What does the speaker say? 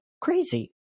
crazy